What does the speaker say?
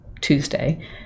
Tuesday